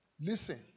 Listen